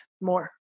more